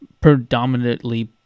predominantly